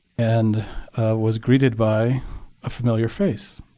and was greeted by a familiar face.